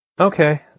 Okay